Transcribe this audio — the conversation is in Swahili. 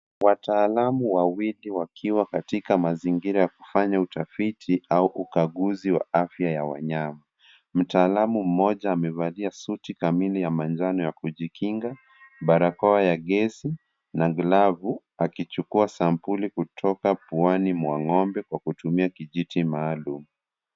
Wataalamu wawili wakiwa katika mazingira ya kufanya utafiti au ukaguzi wa afya ya wanyama. Mtaalamu mmoja amevalia suti kamili ya manjano ya kujikinga, barakoa ya gesi na glavu akichukua sampuli kutoka puani mwa ng'ombe kwa kutumia kijiti maalum.